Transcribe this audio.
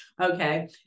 Okay